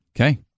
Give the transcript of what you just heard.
Okay